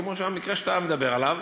כמו המקרה שאתה מדבר עליו,